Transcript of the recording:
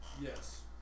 Yes